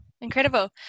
Incredible